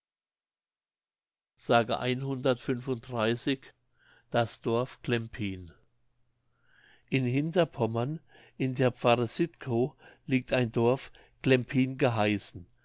das dorf klempin in hinterpommern in der pfarre siedkow liegt ein dorf klempin geheißen